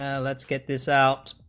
ah let's get this out